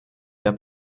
der